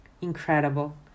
Incredible